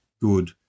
good